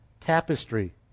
tapestry